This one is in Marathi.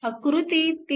आकृती 3